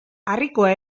harrikoa